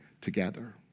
together